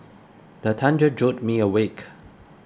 the thunder jolt me awake